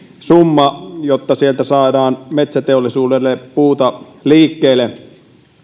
summa jotta sieltä saadaan metsäteollisuudelle puuta liikkeelle